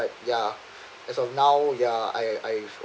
ya as of now yeah I I've